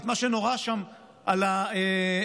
את מה שנורה שם על המוצב?